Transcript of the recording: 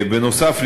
בנוסף,